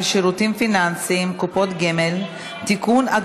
שירותים פיננסיים (קופות גמל) (תיקון,